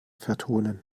vertonen